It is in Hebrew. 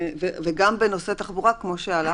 מה היה